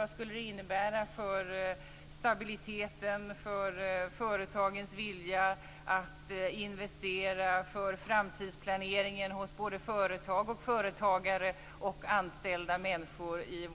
Vad skulle det innebära för stabiliteten, för företagens vilja att investera eller för framtidsplaneringen hos både företag och företagare och bland anställda människor i